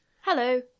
Hello